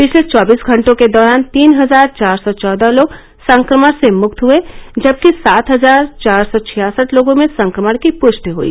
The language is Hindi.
पिछले चौबीस घटों के दौरान तीन हजार चार सौ चौदह लोग संक्रमण से मुक्त हुए जबकि सात हजार चार सौ छियासठ लोगों में संक्रमण की पृष्टि हई